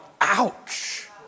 ouch